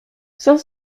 cinq